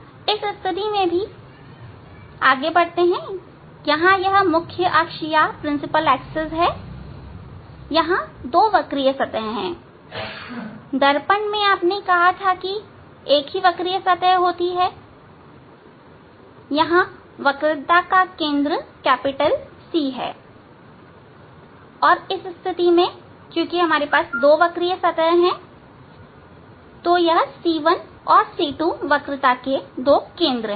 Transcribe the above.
इस स्थिति में भी यहां यह मुख्य अक्ष है यहां दो वक्रीय सतह है दर्पण में आपने देखा था कि एक ही वक्रीय सतह होती है यहां वक्रता का केंद्र C है इस स्थिति में C1 और C2 वक्रता के दो केंद्र है